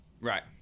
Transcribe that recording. Right